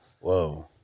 whoa